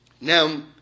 Now